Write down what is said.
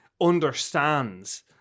understands